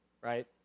right